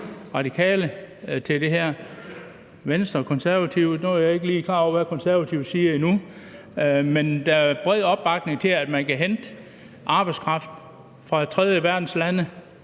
forhold til Venstre og Konservative er jeg ikke klar over endnu, hvad Konservative siger, men der er bred opbakning til, at man kan hente arbejdskraft fra tredjeverdenslande;